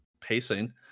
pacing